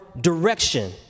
direction